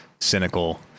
cynical